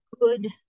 good